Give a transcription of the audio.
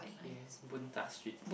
okay Boon-Tat-Street